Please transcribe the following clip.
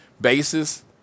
basis